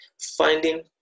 finding